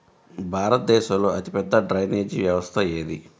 భారతదేశంలో అతిపెద్ద డ్రైనేజీ వ్యవస్థ ఏది?